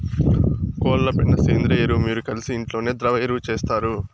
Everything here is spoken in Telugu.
కోళ్ల పెండ సేంద్రియ ఎరువు మీరు కలిసి ఇంట్లోనే ద్రవ ఎరువు చేస్తారు